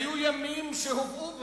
היו ימים שהובאו,